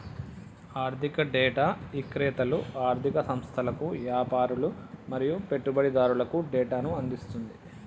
ఆర్ధిక డేటా ఇక్రేతలు ఆర్ధిక సంస్థలకు, యాపారులు మరియు పెట్టుబడిదారులకు డేటాను అందిస్తుంది